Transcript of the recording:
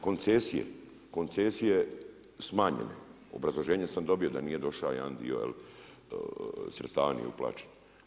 Koncesije, koncesije smanjenje, obrazloženje sam dobio da nije došao, jedan dio sredstava nije uplaćeno.